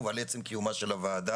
על עצם קיום הוועדה.